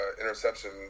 interception